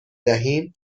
دهیم